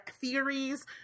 theories